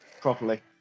properly